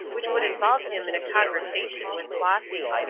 which would involve him in a conversation with flossy.